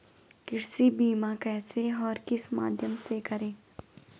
कृषि बीमा कैसे और किस माध्यम से करें?